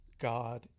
God